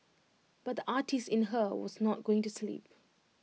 but the artist in her was not going to sleep